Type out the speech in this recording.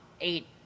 eight